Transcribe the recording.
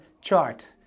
chart